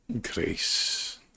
grace